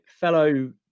fellow